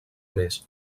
més